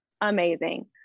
amazing